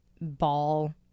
ball